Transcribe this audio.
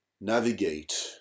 navigate